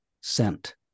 sent